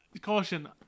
caution